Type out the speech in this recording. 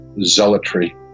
zealotry